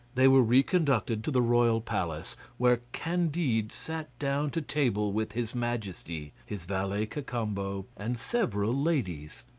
they were reconducted to the royal palace, where candide sat down to table with his majesty, his valet cacambo, and several ladies.